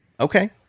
Okay